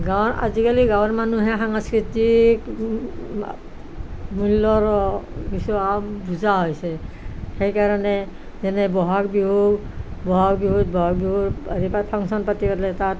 গাঁৱৰ আজিকালি গাঁৱৰ মানুহে সাংস্কৃতিক মূল্যৰ বেছিভাগ বুজা হৈছে সেইকাৰণে যেনে বহাগ বিহু বহাগ বিহুত বহাগ বিহুৰ হেৰি পা ফাংশ্যন পাতি ফেলে তাত